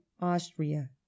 austria